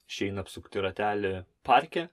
išeina apsukti ratelį parke